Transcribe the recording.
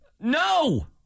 No